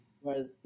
Whereas